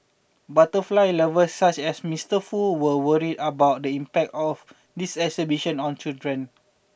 butterfly lovers such as Mister Foo were worried about the impact of this exhibition on children